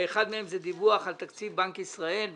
אחד מהם הוא דיווח על תקציב בנק ישראל.